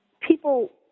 people